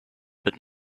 but